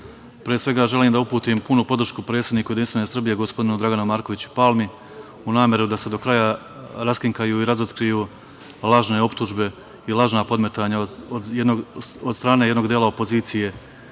pre svega, želim da uputim punu podršku predsedniku JS gospodinu Draganu Markoviću Palmi u nameri da se do kraja raskrinkaju i razotkriju lažne optužbe i lažna podmetanja od strane jednog dela opozicije,